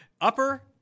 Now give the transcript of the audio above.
upper